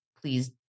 please